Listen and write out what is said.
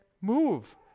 move